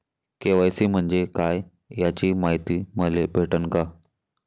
KYC म्हंजे काय याची मायती मले भेटन का?